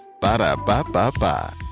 Ba-da-ba-ba-ba